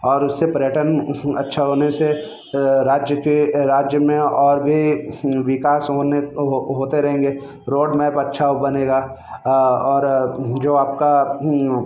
और उससे पर्यटन अच्छा होने से राज्य के राज्य में और भी विकास होने रहेंगे रोड मैप अच्छा बनेगा अ और जो आपका